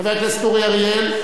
חבר הכנסת אורי אריאל?